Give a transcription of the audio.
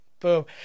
Boom